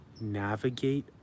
navigate